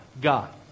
God